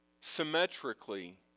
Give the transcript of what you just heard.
symmetrically